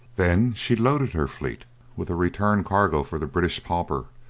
then she loaded her fleet with a return cargo for the british pauper,